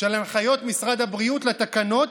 של הנחיות משרד הבריאות לתקנות,